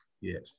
Yes